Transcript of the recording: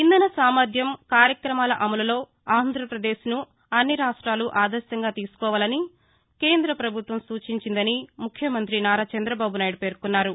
ఇంధన సామర్థ్యం కార్యక్రమాల అమలులో ఆంధ్రప్రదేశ్ను అన్ని రాష్ట్వాలు ఆదర్శంగా తీసుకోవాలని కేంద్రద ప్రభుత్వం సూచించిందని ముఖ్యమంతి నారా చంద్రబాబు నాయుడు పేర్కొన్నారు